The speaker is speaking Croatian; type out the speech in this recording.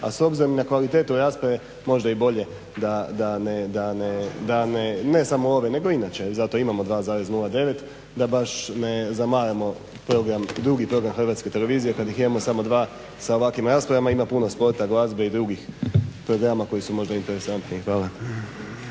a s obzirom na kvalitetu rasprave možda i bolje da, ne samo ove nego i inače, zato imamo 2,09 da baš ne zamaramo program, 2 program HTV-a, kad ih imamo samo 2 s ovakvim raspravama. Ima puno sporta, glazbe i drugih programa koji su možda interesantniji. Hvala.